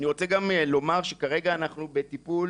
אני רוצה גם לומר שכרגע אנחנו בטיפול